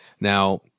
Now